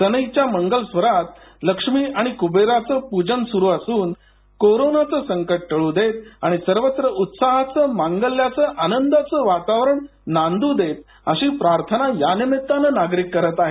सनईच्या मंगलस्वरात लक्ष्मी आणि कुबेराचं पूजन सुरू असून कोरोनाचं संकट टळू देत आणि सर्वत्र उत्साहाचं आनंदाचं मांगल्याचं वातावरण नांदू देत अशी प्रार्थना नागरिक यानिमित्तानं करत आहेत